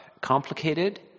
complicated